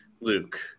Luke